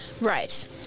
Right